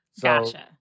Gotcha